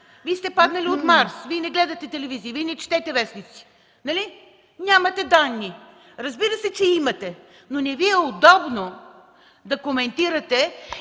Вие сте паднали от Марс! Вие не гледате телевизия, Вие не четете вестници, нали?! Нямате данни! Разбира се, че имате, но не Ви е удобно да коментирате.